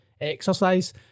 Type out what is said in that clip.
exercise